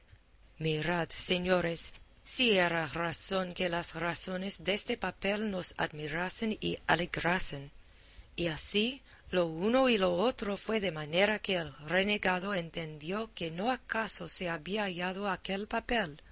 cautiva mirad señores si era razón que las razones deste papel nos admirasen y alegrasen y así lo uno y lo otro fue de manera que el renegado entendió que no acaso se había hallado aquel papel